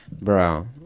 Bro